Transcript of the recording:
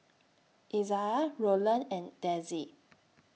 Izaiah Rolland and Dezzie